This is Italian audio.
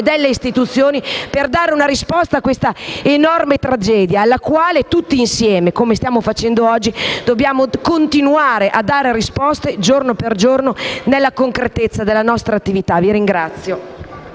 delle istituzioni, per dare una risposta a questa enorme tragedia alla quale tutti insieme, come stiamo facendo oggi, dobbiamo continuare a dare risposte giorno per giorno nella concretezza della nostra attività. *(Applausi